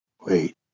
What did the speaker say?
Wait